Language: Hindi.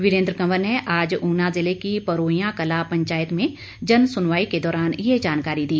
वीरेंद्र कवर ने आज ऊना जिले की परोईयां कलां पंचायत में जन सुनवाई के दौरान ये जानकारी दी